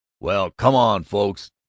well, come on, folks!